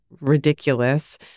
ridiculous